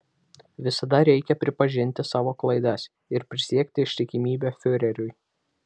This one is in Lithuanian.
visada reikia pripažinti savo klaidas ir prisiekti ištikimybę fiureriui